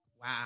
Wow